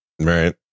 Right